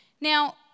Now